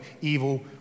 evil